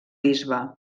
bisbe